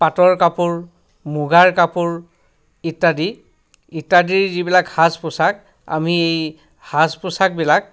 পাটৰ কাপোৰ মুগাৰ কাপোৰ ইত্যাদি ইত্যাদিৰ যিবিলাক সাজ পোছাক আমি এই সাজ পোছাকবিলাক